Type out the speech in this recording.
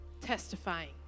testifying